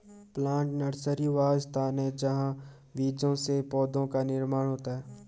plant nursery वह स्थान है जहां बीजों से पौधों का निर्माण होता है